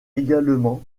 également